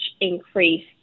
increase